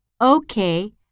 Okay